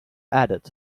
added